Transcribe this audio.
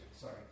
sorry